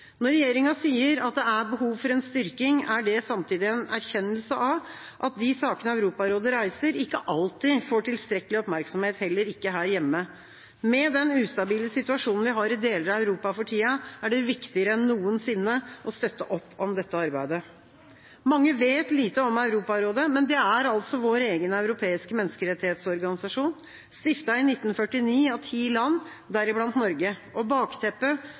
Når regjeringa sier at det er behov for en styrking, er det samtidig en erkjennelse av at de sakene Europarådet reiser, ikke alltid får tilstrekkelig oppmerksomhet, heller ikke her hjemme. Med den ustabile situasjonen vi har i deler av Europa for tida, er det viktigere enn noensinne å støtte opp om dette arbeidet. Mange vet lite om Europarådet, men det er altså vår egen europeiske menneskerettighetsorganisasjon, stiftet i 1949 av ti land, deriblant Norge. Bakteppet